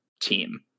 team